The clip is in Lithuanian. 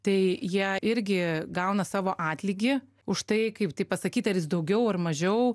tai jie irgi gauna savo atlygį už tai kaip tai pasakyt ar jis daugiau ar mažiau